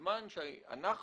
בזמן שאנחנו